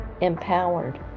empowered